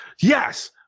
yes